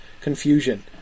Confusion